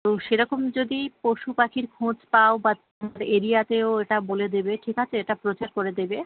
তো সেরকম যদি পশু পাখির খোঁজ পাও বা তোমার এরিয়াতেও এটা বলে দেবে ঠিক আচে এটা প্রচার করে দেবে